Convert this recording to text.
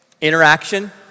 interaction